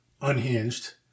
unhinged